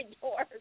door